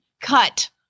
cut